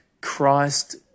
Christ